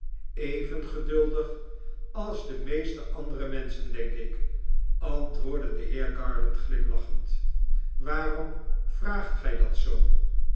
even geduldig als de meeste andere menschen denk ik antwoordde de heer garland glimlachend waarom vraagt gij dat zoo